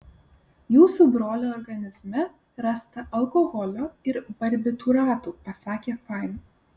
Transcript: jūsų brolio organizme rasta alkoholio ir barbitūratų pasakė fain